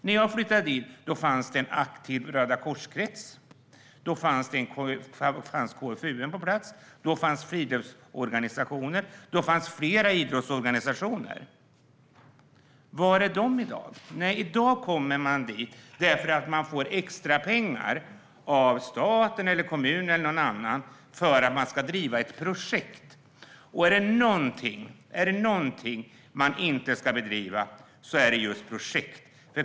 När jag flyttade dit fanns det en aktiv rödakorskrets, KFUM, friluftsorganisationer och flera idrottsorganisationer på plats. Var är de i dag? I dag kommer organisationer dit därför att de då får extrapengar av staten, kommunen eller någon annan för att driva ett projekt. Är det någonting som man inte ska bedriva är det just projekt.